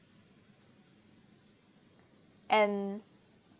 and